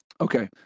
Okay